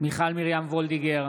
מיכל מרים וולדיגר,